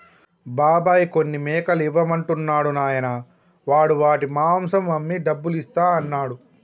బాబాయ్ కొన్ని మేకలు ఇవ్వమంటున్నాడు నాయనా వాడు వాటి మాంసం అమ్మి డబ్బులు ఇస్తా అన్నాడు